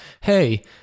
hey